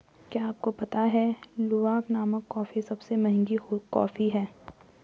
क्या आपको पता है लूवाक नामक कॉफ़ी सबसे महंगी कॉफ़ी है?